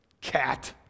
cat